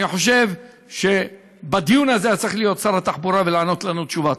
אני חושב שבדיון הזה שר התחבורה היה צריך להיות ולענות לנו תשובה.